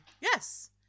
Yes